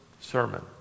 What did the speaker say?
sermon